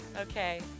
okay